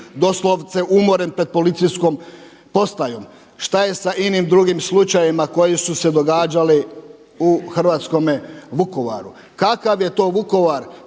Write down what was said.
doslovce umoren pred policijskom postajom. Šta je sa inim drugim slučajevima koji su se događali u hrvatskome Vukovaru? Kakav je to Vukovar